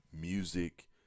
music